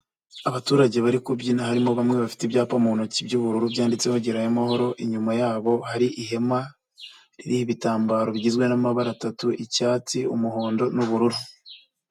Abaturage bari kubyina harimo bamwe bafite ibyapa mu ntoki by'ubururu byanditseho gerayo amahoro inyuma yabo hari ihema ry'ibitambaro bigizwe n'amabara atatu icyatsi, umuhondo n'ubururu.